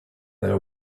their